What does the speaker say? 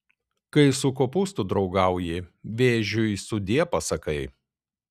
kai su kopūstu draugauji vėžiui sudie pasakai